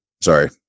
sorry